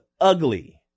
ugly